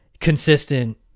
consistent